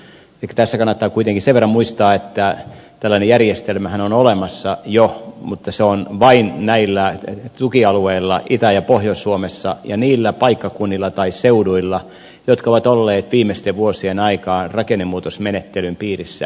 ehkä tässä kannattaa kuitenkin sen verran muistaa että tällainen järjestelmähän on olemassa jo mutta se on vain näillä tukialueilla itä ja pohjois suomessa ja niillä paikkakunnilla tai seuduilla jotka ovat olleet viimeisten vuosien aikaan rakennemuutosmenettelyn piirissä